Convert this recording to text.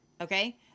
Okay